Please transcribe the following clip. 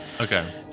okay